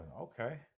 Okay